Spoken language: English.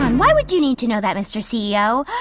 um why would you need to know that, mr. ceo?